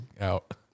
out